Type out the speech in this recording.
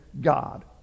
God